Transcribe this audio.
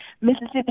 Mississippi